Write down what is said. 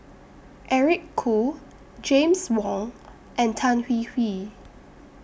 Eric Khoo James Wong and Tan Hwee Hwee